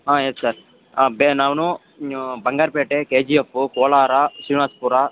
ಹಾಂ yes sir ಹಾಂ ಬೆ ನಾನು Bangarpet K G F Kolar Srinivaspur